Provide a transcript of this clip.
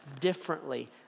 differently